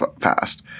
fast